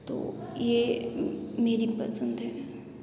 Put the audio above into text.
तो यह मेरी पसंद है